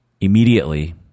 immediately